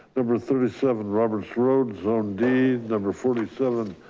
number thirty seven roberts road zone d number forty seven.